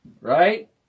right